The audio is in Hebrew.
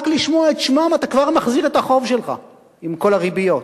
רק לשמוע את שמם אתה כבר מחזיר את החוב שלך עם כל הריביות,